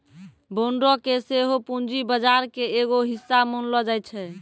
बांडो के सेहो पूंजी बजार के एगो हिस्सा मानलो जाय छै